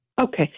Okay